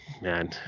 man